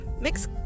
mix